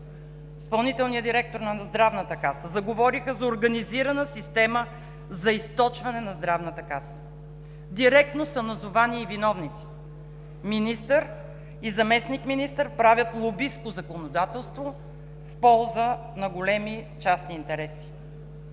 изпълнителният директор на Здравната каса, заговориха за организирана система за източване на Здравната каса. Директно са назовани и виновниците – министър и заместник-министър правят лобистко законодателство в полза на големи частни интереси.